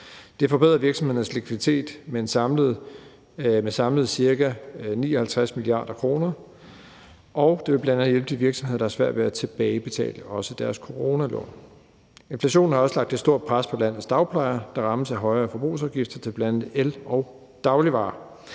Det forbedrer virksomhedernes likviditet med samlet ca. 59 mia. kr., og det vil bl.a. hjælpe de virksomheder, der har svært ved at tilbagebetale deres coronalån. Inflationen har også lagt et stort pres på landets dagplejere, der rammes af højere forbrugsafgifter til bl.a. el og dagligvarer.